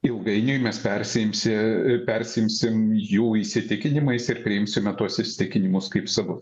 ilgainiui mes persiimsi a persiimsim jų įsitikinimais ir priimsime tuos įsitikinimus kaip savus